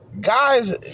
Guys